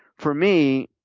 for me,